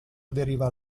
aderiva